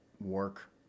work